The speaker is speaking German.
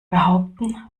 behaupten